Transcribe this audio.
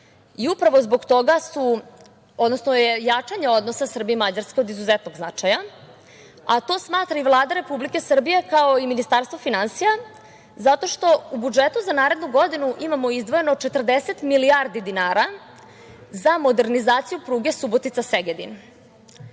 i upravo zbog toga je jačanje odnosa Srbije i Mađarske od izuzetnog značaja, a to smatra i Vlada Republike Srbije, kao i Ministarstvo finansija, zato što u budžetu za narednu godinu imamo izdvojeno 40 milijardi dinara za modernizaciju pruge Subotica-Segedin. To